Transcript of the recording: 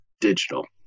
Digital